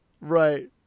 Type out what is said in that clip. Right